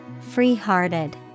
free-hearted